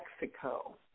Mexico